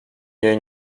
jej